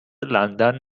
لندن